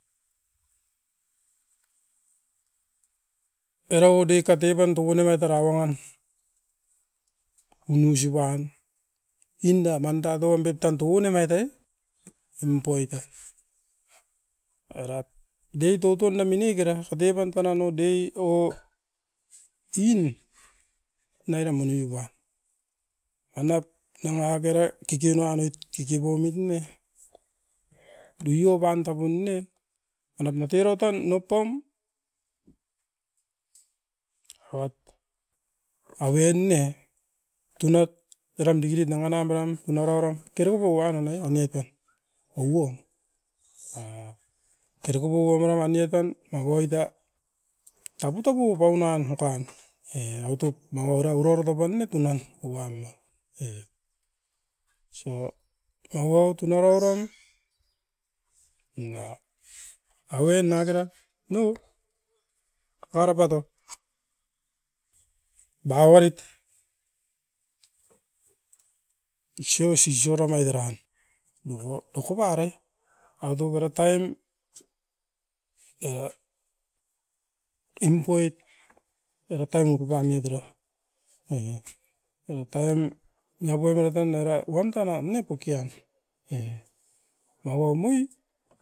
Orau u dei katepan tuan emat era uakan unusi pan. Inda man taton pep tan tugon emait ai impoita, erat dei toton na minikera katevan tan nano dei o iin naira moni uan. Anaup nanga kere kikinuan oit kikipoimit ne, duiopan tapun ne manap ne toiro tan noupom avat au'e ne tunat eram dikirit nanga na tuan tuna rauro teruko uana nai, aniapat auo a. Keruku pouo maua ma ne tan makoita taputapu apaunan okan e autop nanga oura uro roto pan ne tunan, uan ne. E so mauo tunarau ran na aue nanga kera nou kakarapat o bauarit isio sisio remait eran. Duko okoparai, autop era taim era impoit era tau nuku pamit era, e apaum niapoim mara tan niara uran tan a nene pokian. E maua moi.